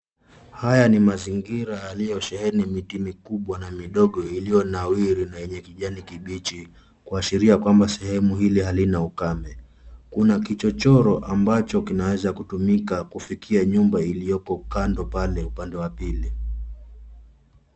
Haya ni mazingira yaliyosheheni miti mikubwa na midogo iliyonawiri na yenye kijani kibichi kuashiria kwamba sehemu hili halina ukame. Kuna kichochoro ambacho kinaweza kutumika kufikia nyumba iliyoko kando pale upande wa pili.